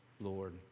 Lord